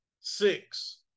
Six